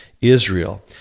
Israel